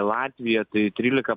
latvija tai trylika